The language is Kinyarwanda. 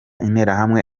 interahamwe